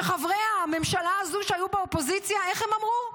שחברי הממשלה הזו, שהיו באופוזיציה, איך הם אמרו?